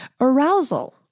arousal